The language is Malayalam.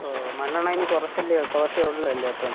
ഓ മണ്ണെണ്ണ ഇനി കുറച്ചല്ലെ ഒ കുറച്ചേ ഉള്ളു അല്ലെ അപ്പം